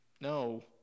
No